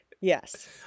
Yes